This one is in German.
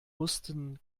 mussten